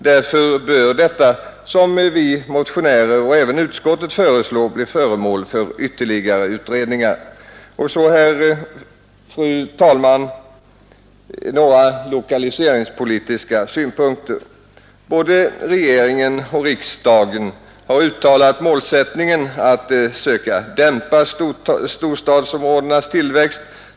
Därför bör detta, som vi motionärer — och även utskottsmajoriteten — föreslår bli föremål för ytterligare utredningar. Sedan vill jag, fru talman, ge några lokaliseringspolitiska synpunkter. Både regering och riksdag har uttalat som sin målsättning att man bör söka dämpa storstadsområdenas tillväxt.